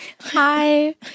hi